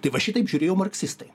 tai va šitaip žiūrėjo marksistai